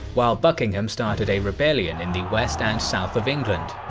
while buckingham started a rebellion in the west and south of england.